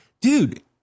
dude